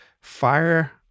fire